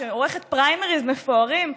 שעורכת פריימריז מפוארים,